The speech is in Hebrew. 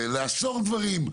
לאסור דברים,